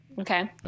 Okay